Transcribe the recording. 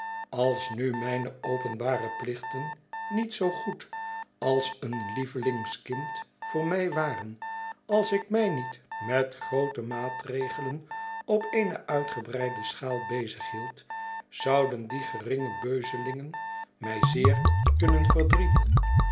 als nu mijne openbare plichten niet zoo goed als een lievelingskind voor mij waren als ik mij niet met groote maatregelen op eene uitgebreide schaal bezig hield zouden die geringe beuzelingen mij zeer kunnen verdrieten